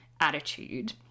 attitude